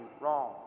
wrong